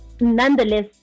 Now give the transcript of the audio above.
nonetheless